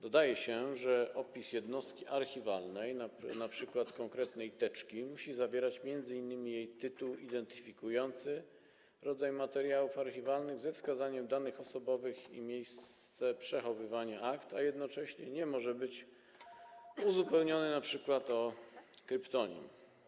Dodaje się, że opis jednostki archiwalnej, np. konkretnej teczki, musi obejmować m.in. jej tytuł - identyfikujący rodzaj materiałów archiwalnych, ze wskazaniem danych osobowych - i miejsce przechowywania akt, a jednocześnie może być uzupełniony np. o kryptonim.